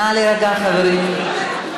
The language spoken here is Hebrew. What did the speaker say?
נא להירגע, חברים.